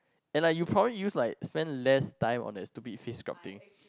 and like you probably use like spend less time on that stupid face scrub thing